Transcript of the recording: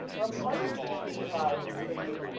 um, i wrote this piece about a,